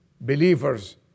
believers